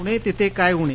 पुणे तिथे काय उणे